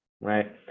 right